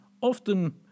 Often